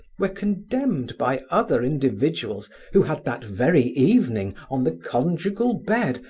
were condemned by other individuals who had that very evening, on the conjugal bed,